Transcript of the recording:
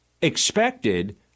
expected